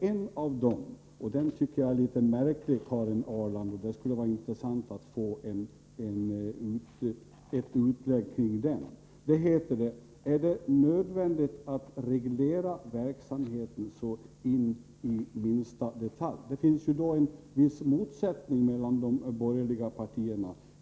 En av dem, som jag tycker är litet märklig och som det skulle vara intressant att få en utläggning om, lyder: Är det nödvändigt att reglera verksamheten så in i minsta detalj? Det finns ju en viss motsättning mellan de borgerliga partierna.